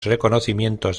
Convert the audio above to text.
reconocimientos